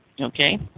okay